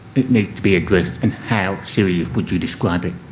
it needs to be addressed and how serious would you describe it?